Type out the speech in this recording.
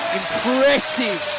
impressive